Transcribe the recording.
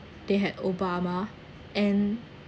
they had obama and